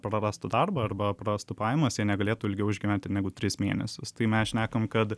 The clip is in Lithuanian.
prarastų darbą arba prarastų pajamas jie negalėtų ilgiau išgyventi negu tris mėnesius tai mes šnekam kad